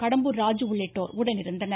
கடம்பூர் ராஜு உள்ளிட்டோர் உடனிருந்தனர்